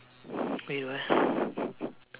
wait what